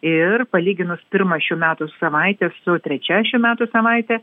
ir palyginus pirmą šių metų savaitę su trečia šių metų savaite